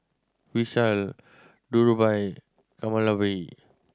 Vishal Dhirubhai Kamaladevi